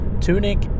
Tunic